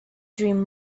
dream